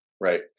Right